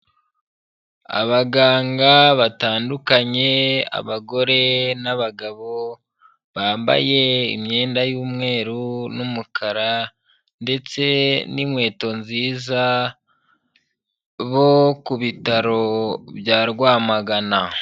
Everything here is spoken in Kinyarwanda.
Abaganga batandukanye, abagore n'abagabo, bambaye imyenda y'umweru n'umukara, ndetse n'inkweto nziza, bo ku bitaro bya Rwamagana.